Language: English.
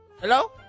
Hello